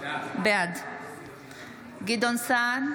בעד גדעון סער,